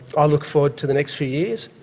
i look forward to the next few years,